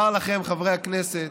אומר לכם, חברי הכנסת,